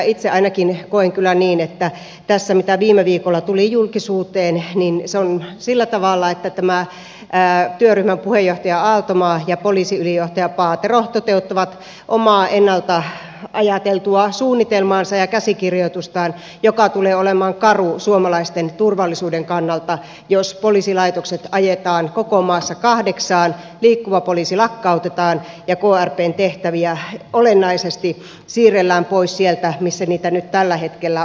itse ainakin koen kyllä niin että tässä mitä viime viikolla tuli julkisuuteen se on sillä tavalla että tämä työryhmän puheenjohtaja aaltomaa ja poliisiylijohtaja paatero toteuttavat omaa ennalta ajateltua suunnitelmaansa ja käsikirjoitustaan joka tulee olemaan karu suomalaisten turvallisuuden kannalta jos poliisilaitokset ajetaan koko maassa kahdeksaan liikkuva poliisi lakkautetaan ja krpn tehtäviä olennaisesti siirrellään pois sieltä missä niitä nyt tällä hetkellä on